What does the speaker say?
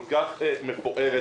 כל כך מפוארת,